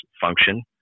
function